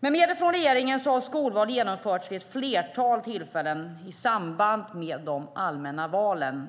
Med medel från regeringen har skolval genomförts vid ett flertal tillfällen i samband med de allmänna valen.